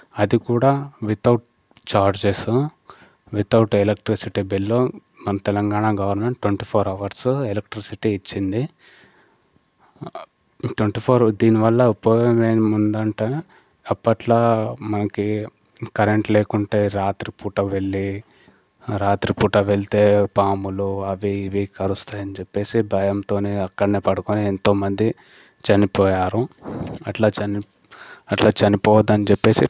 అది కూడా without charges without electricity bill మన Telangana government twenty four hours electricity ఇచ్చింది ట్వంటీ ఫోర్ దీనివల్ల ఉపయోగం ఏమి ఉందంటే అప్పట్లో మనకి కరెంట్ లేకుంటే రాత్రి పూట వెళ్లి రాత్రిపూట వెళితే పాములు అవి ఇవి కరుస్తాయి అని చెప్పేసి భయంతోనే అక్కడనే పడుకొని ఎంతోమంది చనిపోయారు అట్లా చని అట్లా చనిపోవద్దు అని చెప్పేసి